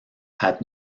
had